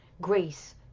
Grace